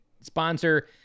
sponsor